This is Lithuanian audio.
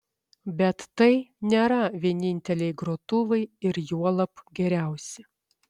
bet tai nėra vieninteliai grotuvai ir juolab geriausi